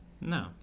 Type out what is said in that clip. No